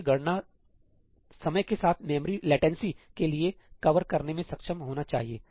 मुझे गणना समय के साथ मेमोरी लेटेंसी के लिए कवर करने में सक्षम होना चाहिए